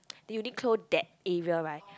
Uniqlo that area right